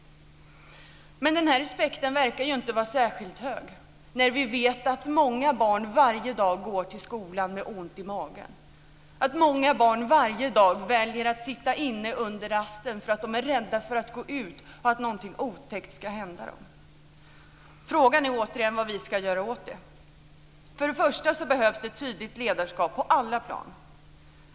Men den respekten verkar inte vara särskilt hög. Vi vet att många barn varje dag går till skolan med ont i magen, att många barn varje dag väljer att sitta inne under rasten för att de är rädda att gå ut för att något otäckt ska hända dem. Frågan är återigen vad vi ska göra åt det. För det första behövs ett tydligt ledarskap på alla plan.